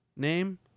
name